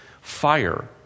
fire